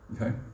Okay